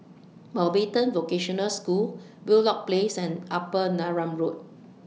Mountbatten Vocational School Wheelock Place and Upper Neram Road